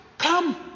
Come